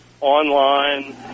online